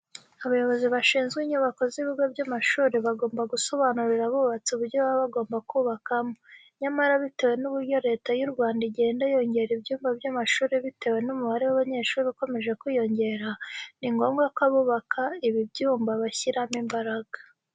Abayobozi bashinzwe inyubako z'ibigo by'amashuri bagomba gusobanurira abubatsi uburyo baba bagomba kubakamo. Nyamara bitewe n'uburyo Leta y'u Rwanda igenda yongera ibyumba by'amashuri bitewe n'umubare w'abanyeshuri ukomeje kwiyongera, ni ngombwa ko abubaka ibi byumba bashyiramo imbaraga.